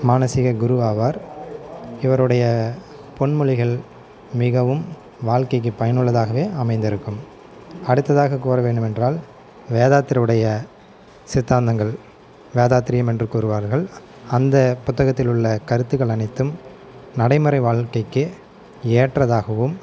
மானசீக குரு ஆவார் இவருடைய பொன்மொழிகள் மிகவும் வாழ்க்கைக்கு பயனுள்ளதாகவே அமைந்திருக்கும் அடுத்ததாக கூற வேண்டுமென்றால் வேதாத்திரியுடைய சித்தாந்தங்கள் வேதாத்திரியம் என்று கூறுவார்கள் அந்த புத்தகத்தில் உள்ள கருத்துக்கள் அனைத்தும் நடைமுறை வாழ்க்கைக்கு ஏற்றதாகவும்